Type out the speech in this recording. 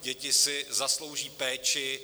Děti si zaslouží péči.